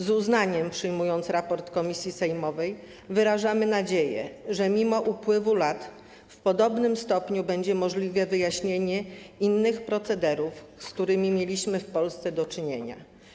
Z uznaniem przyjmując raport komisji sejmowej, wyrażamy nadzieję, że mimo upływu lat w podobnym stopniu będzie możliwe wyjaśnienie innych procederów, z którymi mieliśmy w Polsce do czynienia.